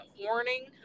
warning